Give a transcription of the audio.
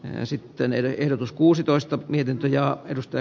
äsittäneelle ehdotus kuusitoista mietintö ja edusti